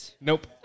Nope